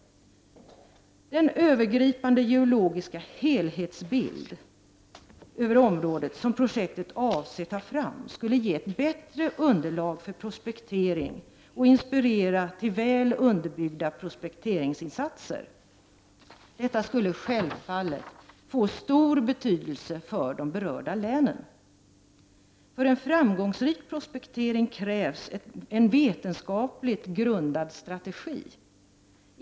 Den övergripande geologiska helhetsbild över området som projektet avser att ta fram skulle ge ett bättre underlag för prospektering och inspirera till väl underbyggda prospekteringsinsatser. Detta skulle självfallet få stor betydelse för de berörda länen. För en framgångsrik prospektering krävs en vetenskapligt grundad strategi.